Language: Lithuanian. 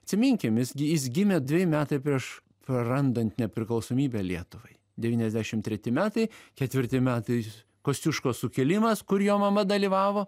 atsiminkim visgi jis gimė dveji metai prieš prarandant nepriklausomybę lietuvai devyniasdešimt treti metai ketvirti metai kosciuškos sukilimas kur jo mama dalyvavo